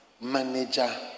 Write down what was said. manager